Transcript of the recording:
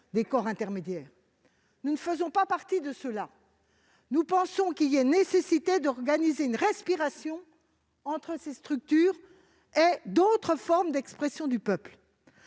des corps intermédiaires. Nous ne sommes pas de ceux-là ; nous pensons qu'il est nécessaire d'organiser une respiration entre ces structures et d'autres formes d'expression du peuple.